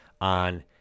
on